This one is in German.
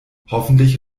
hoffentlich